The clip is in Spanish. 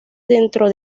dentro